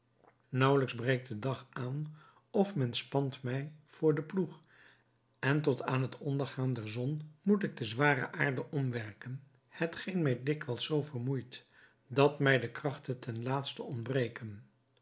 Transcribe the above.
naauwelijks breekt de dag aan of men spant mij voor den ploeg en tot aan het ondergaan der zon moet ik de zware aarde omwerken hetgeen mij dikwijls zoo vermoeit dat mij de krachten ten laatste ontbreken